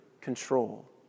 control